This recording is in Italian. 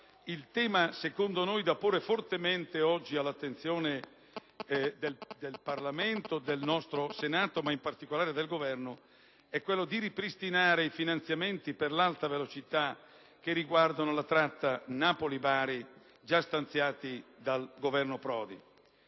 Allora, secondo noi, il tema da porre oggi fortemente all'attenzione del Parlamento, del nostro Senato, ma in particolare del Governo, è quello di ripristinare i finanziamenti per l'Alta velocità che riguardano la tratta Napoli-Bari, già stanziati dal Governo Prodi.